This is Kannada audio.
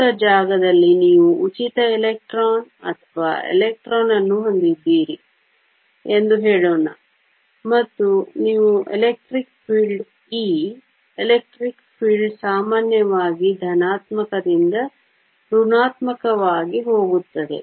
ಮುಕ್ತ ಜಾಗದಲ್ಲಿ ನೀವು ಉಚಿತ ಎಲೆಕ್ಟ್ರಾನ್ ಅಥವಾ ಎಲೆಕ್ಟ್ರಾನ್ಅನ್ನು ಹೊಂದಿದ್ದೀರಿ ಎಂದು ಹೇಳೋಣ ಮತ್ತು ನೀವು electric field E electric field ಸಾಮಾನ್ಯವಾಗಿ ಧನಾತ್ಮಕದಿಂದ ಋಣಾತ್ಮಕವಾಗಿ ಹೋಗುತ್ತದೆ